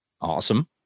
Awesome